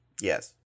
Yes